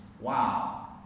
Wow